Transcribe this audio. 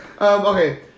Okay